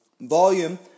Volume